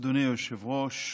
אדוני היושב-ראש,